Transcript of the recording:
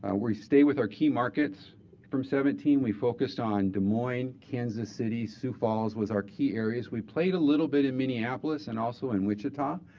we stay with our key markets from seventeen we focused on des moines, kansas city, sioux falls, was our key areas. we played a little bit in minneapolis, and also in wichita.